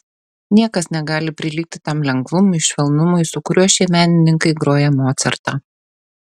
niekas negali prilygti tam lengvumui švelnumui su kuriuo šie menininkai groja mocartą